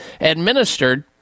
Administered